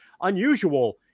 unusual